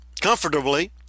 comfortably